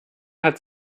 hat